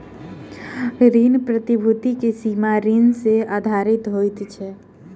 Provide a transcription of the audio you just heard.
ऋण प्रतिभूति के सीमा ऋण सॅ आधारित होइत अछि